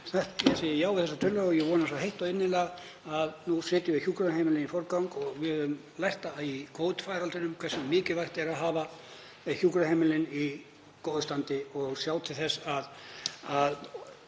Ég segi já við þessari tillögu og ég vona svo heitt og innilega að nú setjum við hjúkrunarheimilin í forgang. Við höfum lært í Covid-faraldrinum hversu mikilvægt er að hafa hjúkrunarheimilin í góðu standi og sjá til þess að